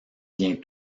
vient